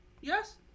Yes